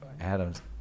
Adam's